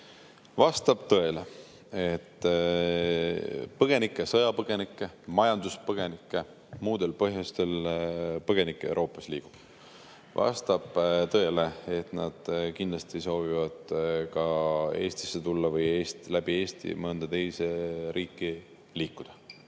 Vastab tõele, et põgenikke, sõjapõgenikke, majanduspõgenikke, muudel põhjustel põgenikke, Euroopas liigub. Vastab tõele, et nad kindlasti soovivad ka Eestisse tulla või läbi Eesti mõnda teise riiki liikuda.